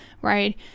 right